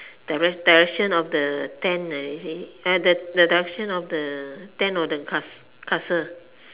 direction of the tent the direction of the tent or the castle